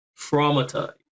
traumatized